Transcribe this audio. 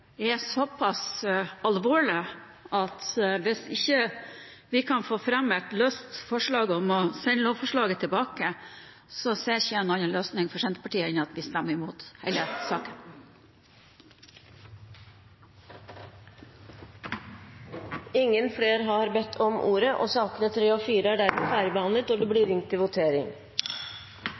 er såpass alvorlig at hvis ikke vi kan få fram et løst forslag om å sende lovforslaget tilbake, ser ikke jeg noen annen løsning for Senterpartiet enn at vi stemmer imot. Flere har ikke bedt om ordet til sakene nr. 3 og 4. Senterpartiet og Sosialistisk Venstreparti har varslet at de vil stemme imot. Det